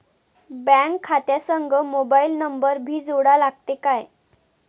Bank खात्या संग mobile number भी जोडा लागते काय?